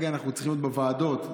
צריכים להיות בוועדות,